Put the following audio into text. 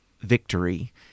victory